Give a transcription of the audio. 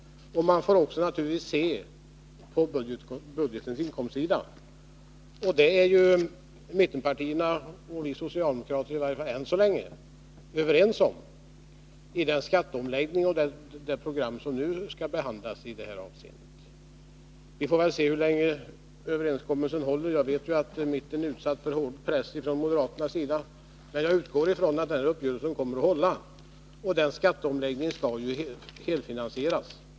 Man får naturligtvis också se på budgetens inkomstsida. Detta är ju mittenpartierna och vi socialdemokrater — i varje fall än så länge — överens om när det gäller det skatteomläggningsprogram som snart skall behandlas i kammaren. Vi får väl se hur länge överenskommelsen håller — jag vet ju att mitten är utsatt för hård press från moderaternas sida — men jag utgår från att uppgörelsen kommer att hålla. Enligt den skall ju skatteomläggningen helfinansieras.